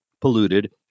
polluted